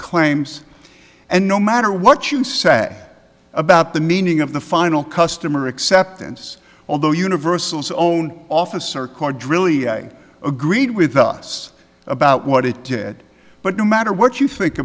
claims and no matter what you say about the meaning of the final customer acceptance although universal's own officer corps drill you agreed with us about what it did but no matter what you think